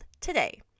today